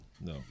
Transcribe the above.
no